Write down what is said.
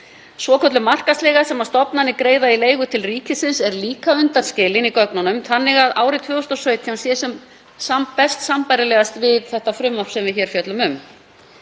Svokölluð markaðsleiga sem stofnanir greiða til ríkisins er líka undanskilin í gögnunum þannig að árið 2017 sé sem best sambærilegt við það frumvarp sem við fjöllum um